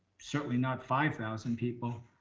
certainly not five thousand people